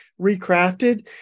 recrafted